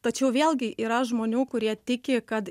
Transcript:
tačiau vėlgi yra žmonių kurie tiki kad